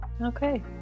Okay